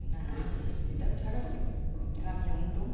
जुनारनि डाक्टारा गामिआवनो दं